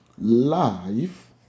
life